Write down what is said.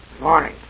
Morning